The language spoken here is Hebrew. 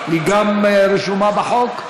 היא גם רשומה בחוק?